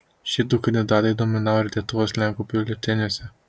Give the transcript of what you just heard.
šie du kandidatai dominavo ir lietuvos lenkų biuleteniuose